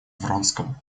вронского